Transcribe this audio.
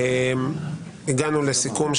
הגענו לסיכום,